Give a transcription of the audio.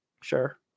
Sure